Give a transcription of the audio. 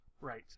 right